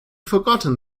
forgotten